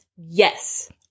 Yes